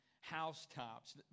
housetops